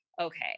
okay